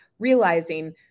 realizing